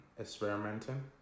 experimenting